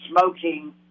smoking